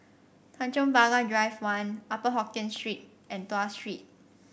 Tanjong Pagar Drive One Upper Hokkien Street and Tuas Street